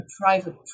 private